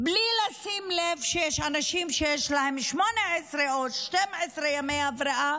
בלי לשים לב שיש אנשים שיש להם 18 או 12 ימי הבראה,